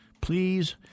please